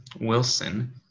Wilson